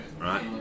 right